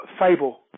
fable